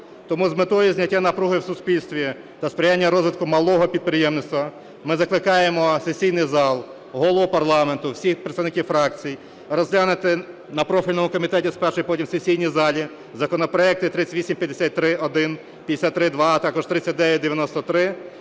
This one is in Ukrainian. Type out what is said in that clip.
Тому з метою зняття напруги в суспільстві та сприяння розвитку малого підприємництва, ми закликаємо сесійний зал, Голову парламенту, всіх представників фракцій, розглянути на профільному комітеті спершу, а потім в сесійній залі, законопроекти 3853-1, 3853-2, а також 3993